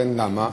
למה?